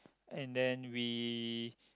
and then we